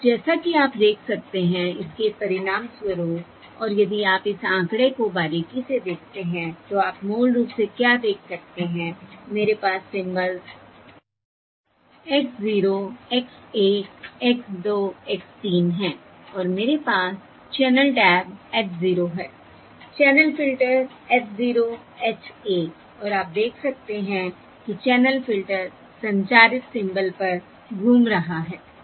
और अब जैसा कि आप देख सकते हैं इसके परिणामस्वरूप और यदि आप इस आंकड़े को बारीकी से देखते हैं तो आप मूल रूप से क्या देख सकते हैं मेरे पास symbols x 0 x 1 x 2 x 3 हैं और मेरे पास चैनल टैब h 0 है चैनल फिल्टर h 0 h 1 और आप देख सकते हैं कि चैनल फ़िल्टर संचारित सिंबल पर घूम रहा है